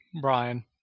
Brian